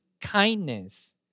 kindness